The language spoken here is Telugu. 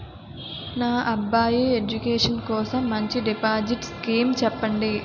నా అబ్బాయి ఎడ్యుకేషన్ కోసం మంచి డిపాజిట్ స్కీం చెప్పండి